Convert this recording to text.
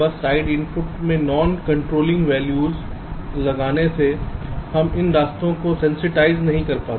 बस side input में non contouring value लगाने से हम इन रास्तों को सेंसटाइज नहीं कर सकते